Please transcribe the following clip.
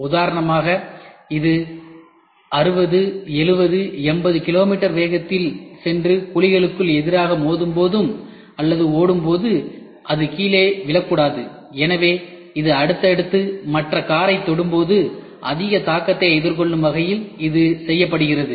உதாரணமாக இது 607080 கிலோமீட்டர் வேகத்தில் சென்று குழிகளுக்கு எதிராக மோதும்போது அல்லது ஓடும்போது அது கீழே விழக்கூடாது எனவே அது அடுத்தது மற்ற காரைத் தொடும்போது அதிக தாக்கத்தை எதிர்கொள்ளும் வகையில் இது செய்யப்படுகிறது